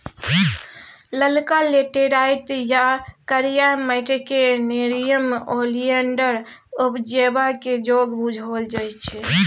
ललका लेटैराइट या करिया माटि क़ेँ नेरियम ओलिएंडर उपजेबाक जोग बुझल जाइ छै